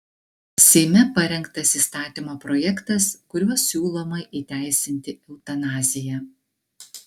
seime parengtas įstatymo projektas kuriuo siūloma įteisinti eutanaziją